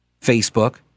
Facebook